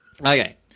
Okay